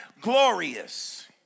Glorious